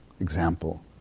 example